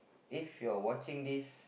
if you're watching this